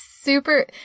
super